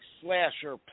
slasher